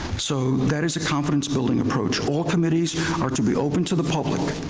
so that is a confidence building approach. all committees are to be open to the public.